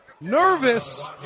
nervous